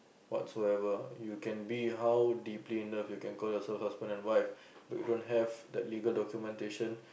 whatsoever you can be how deeply in love you can call yourself husband and wife but you don't have that legal documentation